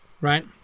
right